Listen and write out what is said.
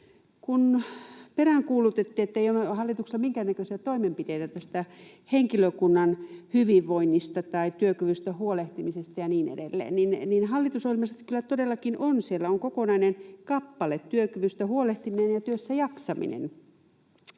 kun peräänkuulutettiin, ettei hallituksella ole minkäännäköisiä toimenpiteitä tästä henkilökunnan hyvinvoinnista tai työkyvystä huolehtimisesta ja niin edelleen, niin hallitusohjelmassa kyllä todellakin on kokonainen kappale: ”Työkyvystä huolehtiminen ja työssäjaksaminen.